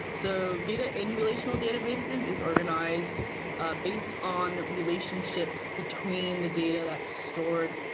so data in relational databases is organized ah based on relationships between the data that's stored.